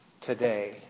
today